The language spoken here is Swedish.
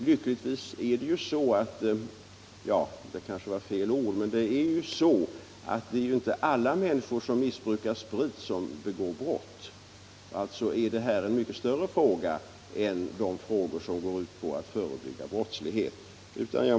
Lyckligtvis — det var kanske fel ord — är det på det sättet att inte alla människor som missbrukar sprit också begår brott. Alltså är alkoholfrågan mycket större än de frågor som hänger samman med att förebygga brottslig verksamhet.